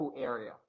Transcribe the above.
area